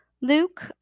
Luke